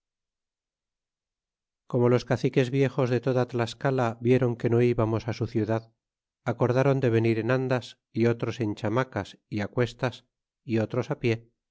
como los caciques viejos de toda tlascala vieron que no ibamos su ciudad acordron de venir en andas y otros en chamacas é acuestas y otros pie